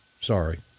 Sorry